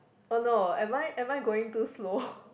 oh no am I am I going too slow